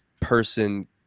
person